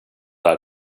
där